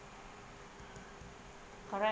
correct